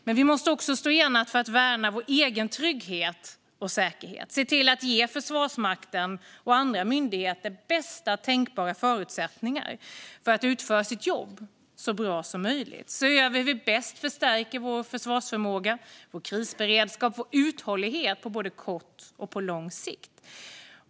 Men vi måste också stå enade för att värna vår egen trygghet och säkerhet. Vi måste se till att ge Försvarsmakten och andra myndigheter bästa tänkbara förutsättningar att utföra sitt jobb så bra som möjligt. Vi behöver se över hur vi bäst förstärker vår försvarsförmåga, vår krisberedskap och vår uthållighet på både kort och lång sikt.